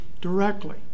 directly